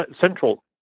Central